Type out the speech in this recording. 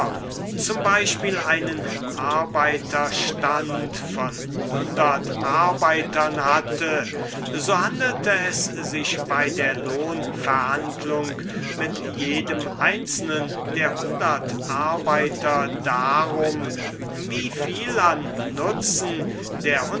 z b einen arbeiterstand von arbeitern hatte so handelte es sich bei der lohnverhandlung mit jedem einzelnen der hundert arbeiter darum wieviel an nutzen der